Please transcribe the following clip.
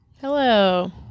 Hello